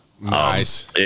Nice